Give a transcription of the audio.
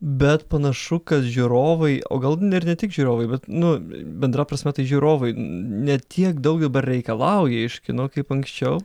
bet panašu kad žiūrovai o gal ir ne tik žiūrovai bet nu bendra prasme tai žiūrovai ne tiek daug dabar reikalauja iš kino kaip anksčiau